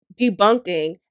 debunking